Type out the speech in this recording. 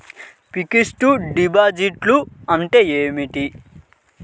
Fixed డిపాజిట్లు అంటే ఏమిటి?